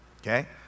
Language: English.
Okay